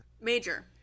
Major